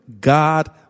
God